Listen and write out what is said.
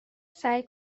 سعی